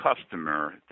customer